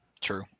True